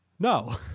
No